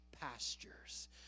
pastures